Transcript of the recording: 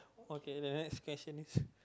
okay then the next question is